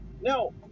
no